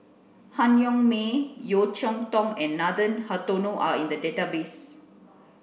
Han Yong May Yeo Cheow Tong and Nathan Hartono are in the database